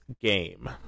game